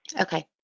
Okay